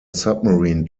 submarine